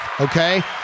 Okay